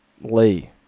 Lee